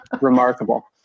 remarkable